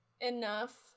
enough